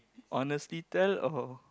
honestly tell or